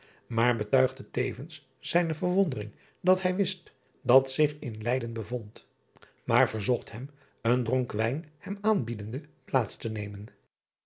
maar betuigde tevens zijne verwondering dat hij wist dat zich in driaan oosjes zn et leven van illegonda uisman eyden bevond maar verzocht hem een dronk wijus hem aanbiedende plaats te nemen